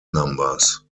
numbers